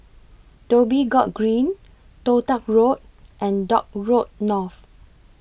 Dhoby Ghaut Green Toh Tuck Road and Dock Road North